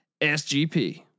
SGP